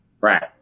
Right